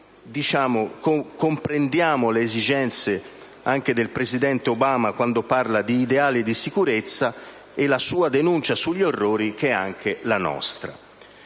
Comprendiamo anche le esigenze del presidente Obama quando parla di ideale di sicurezza e la sua denuncia degli orrori, che è anche la nostra.